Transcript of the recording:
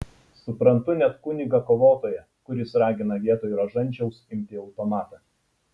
suprantu net kunigą kovotoją kuris ragina vietoj rožančiaus imti automatą